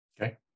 Okay